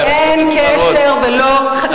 אין קשר ולא חצי קשר.